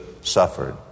suffered